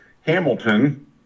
Hamilton